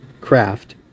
craft